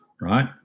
right